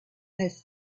less